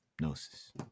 gnosis